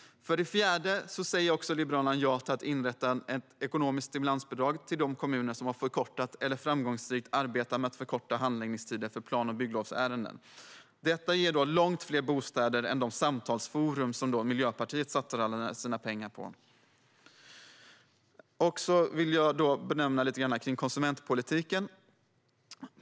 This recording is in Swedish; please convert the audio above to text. För det fjärde säger Liberalerna ja till att inrätta ett ekonomiskt stimulansbidrag till de kommuner som har förkortat eller framgångsrikt arbetar med att förkorta handläggningstiderna för plan och bygglovsärenden. Detta ger långt fler bostäder än de samtalsforum som Miljöpartiet satsar alla sina pengar på. Jag vill därefter säga något om konsumentpolitiken.